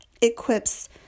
equips